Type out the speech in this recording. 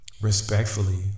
Respectfully